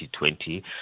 2020